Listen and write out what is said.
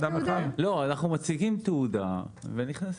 אנחנו מציגים תעודה ונכנסים.